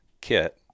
kit